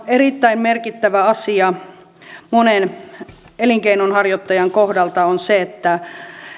erittäin merkittävä asia monen elinkeinonharjoittajan kohdalta on se että